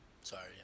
sorry